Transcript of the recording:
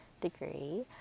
degree